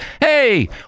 Hey